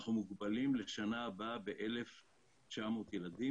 אנחנו מוגבלים לשנה הבאה ב-1,900 ילדים